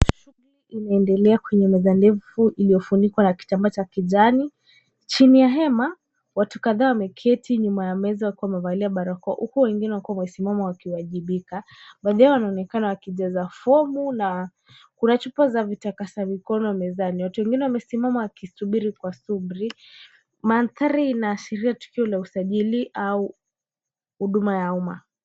Shughuli inaendelea kwenye meza ndefu iliyofunikwa na kitambaa cha kijani. Chini ya hema, watu kadhaa wameketi nyuma ya meza wakiwa wamevaa barakoa, huku wengine wakiwa wamesimama wakiwajibika. Wengine wanaonekana wakijaza fomu. Kuna chupa za vitakasa mkono mezani. Watu wengine wamesimama wakisubiri kwa subra. Mandhari inaashiria tukio la usajili au huduma ya umma.